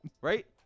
Right